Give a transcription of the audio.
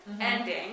ending